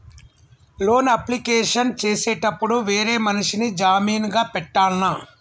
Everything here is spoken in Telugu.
లోన్ అప్లికేషన్ చేసేటప్పుడు వేరే మనిషిని జామీన్ గా పెట్టాల్నా?